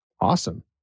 Awesome